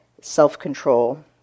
self-control